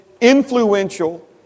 influential